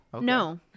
No